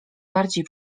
bardziej